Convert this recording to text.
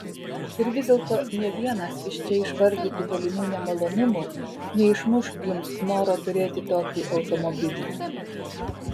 ir vis dėlto nė vienas iš čia išvardytų galimų nemalonumų neišmuš jums noro turėti tokį automobilį